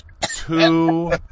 two